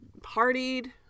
partied